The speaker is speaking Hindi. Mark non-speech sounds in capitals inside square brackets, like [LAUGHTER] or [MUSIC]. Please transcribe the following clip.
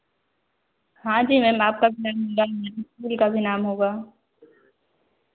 हाँ जी मैम आपका [UNINTELLIGIBLE] स्कूल का भी नाम होगा